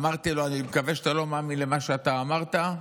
אמרתי לו: אני מקווה שאתה לא מאמין למה שאתה אמרת,